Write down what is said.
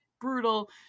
brutal